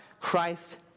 Christ